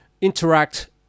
interact